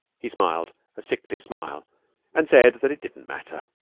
he smiled a sickly smile and said that it didn't matter.